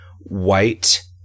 White